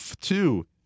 two